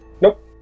nope